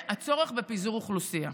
הצורך בפיזור אוכלוסייה.